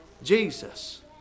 Jesus